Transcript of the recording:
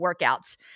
workouts